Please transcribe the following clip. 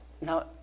now